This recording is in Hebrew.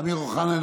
אמיר אוחנה,